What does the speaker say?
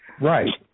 Right